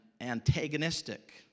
antagonistic